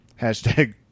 Hashtag